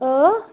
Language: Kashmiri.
آ